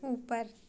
ऊपर